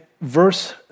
verse